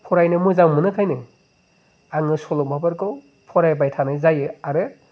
फरायनो मोजां मोनोखायनो आङो सल'माफोरखौ फरायबाय थानाय जायो आरो